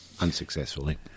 Unsuccessfully